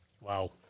Wow